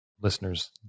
listeners